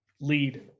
lead